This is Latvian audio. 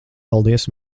paldies